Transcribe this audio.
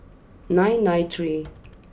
nine nine three